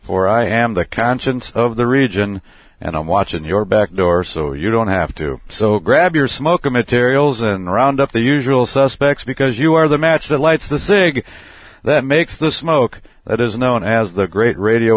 for i am the conscience of the region and i'm watching your back door so you don't have to so grab your smoke a materials and round up the usual suspects because you are the match the lights the sig that makes the smoke that is known as the great radio